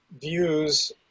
views